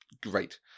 Great